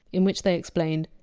in which they explained!